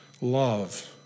love